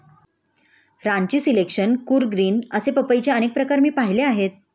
Ranchi selection, Coorg green असे पपईचे अनेक प्रकार मी पाहिले आहेत